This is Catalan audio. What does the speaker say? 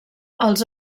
els